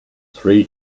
three